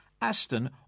Aston